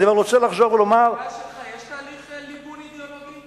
במפלגה שלך יש תהליך ליבון אידיאולוגי?